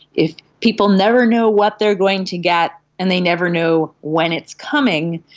if people never know what they are going to get and they never know when it's coming,